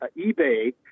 ebay